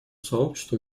сообществу